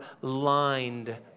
lined